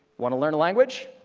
want to learn a language?